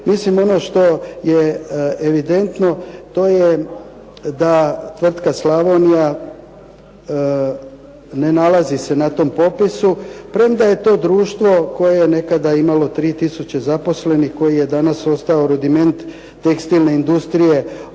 mislim ono što je evidentno to je da tvrtka "Slavonija" ne nalazi se na tom popisu, premda je to društvo koje je nekada imali 3 tisuće zaposlenih, koji je danas ostao rudiment tekstilne industrije